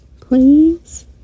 Please